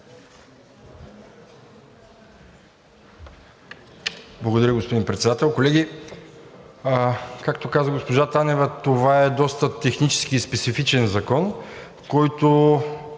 Благодаря, господин Председател. Колеги, както каза госпожа Танева, това е доста технически и специфичен закон, който